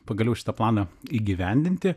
pagaliau šitą planą įgyvendinti